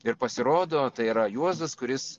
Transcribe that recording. ir pasirodo tai yra juozas kuris